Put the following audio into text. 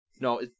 No